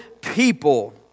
people